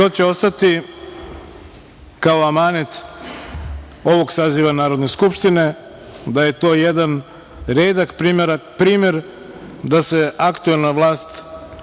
će ostati kao amanet ovog saziva Narodne skupštine, da je to jedan primer da se aktuelna vlast odrekla